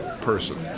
person